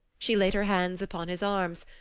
she laid her hands upon his arms.